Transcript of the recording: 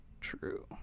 True